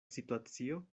situacio